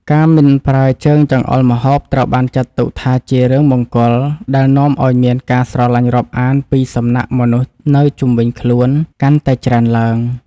ការមិនប្រើជើងចង្អុលម្ហូបត្រូវបានចាត់ទុកថាជារឿងមង្គលដែលនាំឱ្យមានការស្រឡាញ់រាប់អានពីសំណាក់មនុស្សនៅជុំវិញខ្លួនកាន់តែច្រើនឡើង។